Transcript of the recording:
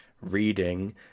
reading